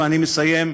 ואני מסיים,